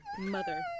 Mother